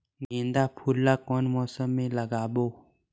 गेंदा फूल ल कौन मौसम मे लगाबो?